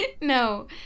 No